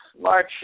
March